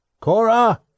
Cora